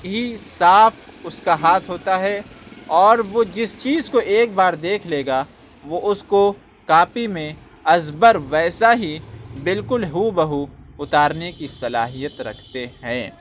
ہی صاف اُس کا ہاتھ ہوتا ہے اور وہ جس چیز کو ایک بار دیکھ لے گا وہ اُس کو کاپی میں ازبر ویسا ہی بالکل ہُو بہُو اُتارنے کی صلاحیت رکھتے ہیں